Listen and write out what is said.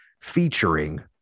featuring